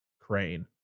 Crane